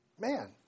man